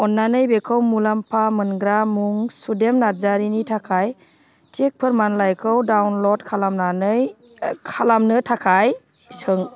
अननानै बेखौ मुलाम्फा मोनग्रा मुं सुदेम नार्जारिनि थाखाय टिका फोरमानलाइखौ डाउनल'ड खालामनानै खालामनो थाखाय सों